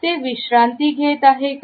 ते विश्रांती घेत आहेत का